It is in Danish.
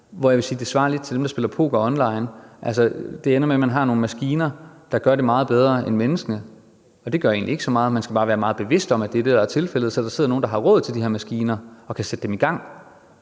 at gøre det. Det svarer lidt til dem, der spiller poker online. Altså, det ender med, at man har nogle maskiner, der gør det meget bedre end mennesker. Og det gør egentlig ikke så meget, man skal bare være meget bevidst om, at det er tilfældet. Så der sidder nogen, der har råd til at købe de her maskiner og kan sætte dem i gang,